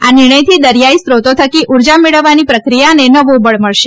આ નિર્ણયથી દરીયાઈ સ્રોતો થકી ઉર્જા મેળવવાની પ્રક્રિયાને નવું બળ મળશે